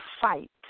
fight